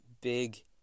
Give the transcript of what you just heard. big